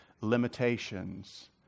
limitations